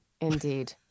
Indeed